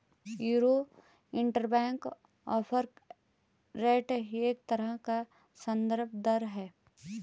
euro interbank offer rate एक तरह का सन्दर्भ दर है